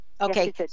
Okay